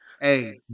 Hey